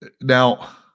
Now